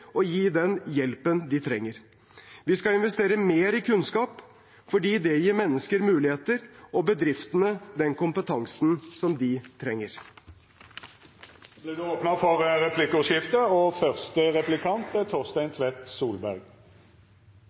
og gi den hjelpen de trenger. Vi skal investere mer i kunnskap, for det gir mennesker muligheter og bedriftene den kompetansen som de trenger. Det vert replikkordskifte. Statsrådens historiefortelling om Arbeiderpartiets budsjett kan vi komme tilbake til, for